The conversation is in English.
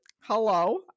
hello